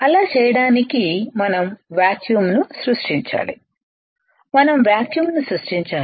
అలా చేయడానికి మనం వాక్యూం ను సృష్టించాలి మనం వాక్యూంను సృష్టించాలి